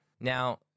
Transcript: now